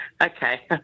Okay